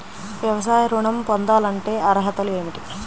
వ్యవసాయ ఋణం పొందాలంటే అర్హతలు ఏమిటి?